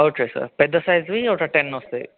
okay sir పెద్ద సైజ్వి ఒక టెన్ వస్తాయి